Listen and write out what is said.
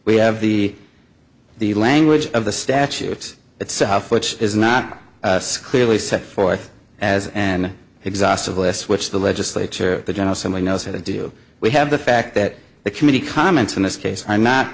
we have the the language of the statute itself which is not clearly set forth as an exhaustive list which the legislature the general assembly knows how to do we have the fact that the committee comments in this case i'm not